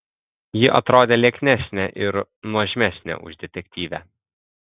ji atrodė lieknesnė ir nuožmesnė už detektyvę